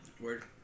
Word